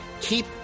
keep